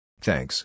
Thanks